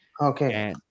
okay